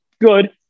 good